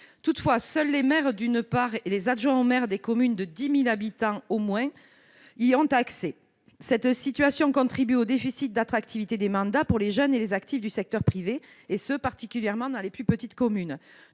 Toutefois, seuls les maires, d'une part, et les adjoints au maire des communes d'au moins 10 000 habitants, d'autre part, ont accès à la mesure. Cette situation contribue au déficit d'attractivité des mandats pour les jeunes et les actifs du secteur privé, et ce, particulièrement, dans les plus petites communes.